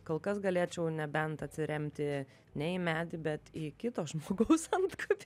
kol kas galėčiau nebent atsiremti ne į medį bet į kito žmogaus antkapį